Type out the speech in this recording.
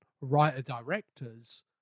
writer-directors